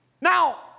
Now